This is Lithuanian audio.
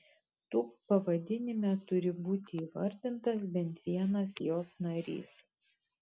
tūb pavadinime turi būti įvardintas bent vienas jos narys